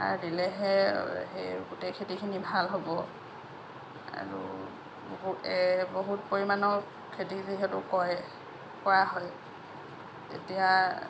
সাৰ দিলেহে সেই গোটেই খেতিখিনি ভাল হ'ব আৰু বহুত এ বহুত পৰিমাণৰ খেতি যিহেতু কৰে কৰা হয় তেতিয়া